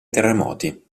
terremoti